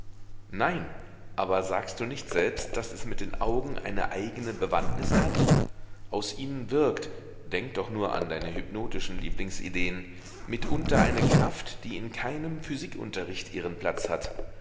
nein aber sagst du nicht selbst daß es mit den augen eine eigene bewandtnis hat aus ihnen wirkt denk doch nur an deine hypnotischen lieblingsideen mitunter eine kraft die in keinem physikunterricht ihren platz hat